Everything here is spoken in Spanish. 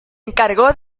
encargó